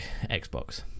Xbox